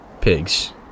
Pigs